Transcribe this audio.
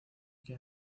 que